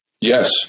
Yes